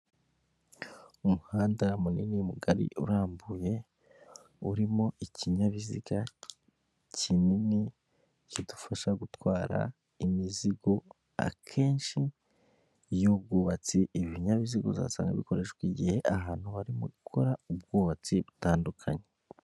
Umuhanda munini, mugari, urambuye urimo ikinyabiziga kinini kidufasha gutwara imizigo akenshi y'ubwubatsi, ibi binyabiziga uzasanga bikoreshwa igihe ahantu harimo gukora ubwubatsi butandukanye.